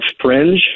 fringe